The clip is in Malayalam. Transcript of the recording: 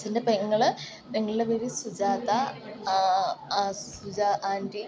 അച്ഛൻ്റെ പെങ്ങൾ പെങ്ങളുടെ പേര് സുജാത സുജ ആൻറ്റി